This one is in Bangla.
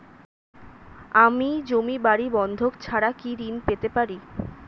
আমি জমি বাড়ি বন্ধক ছাড়া কি ঋণ পেতে পারি?